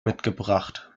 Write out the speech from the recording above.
mitgebracht